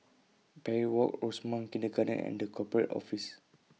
Parry Walk Rosemount Kindergarten and The Corporate Office